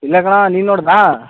ಇಲ್ಲ ಕಣೋ ನೀನು ನೋಡ್ದಾ